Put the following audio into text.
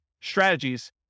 strategies